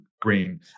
green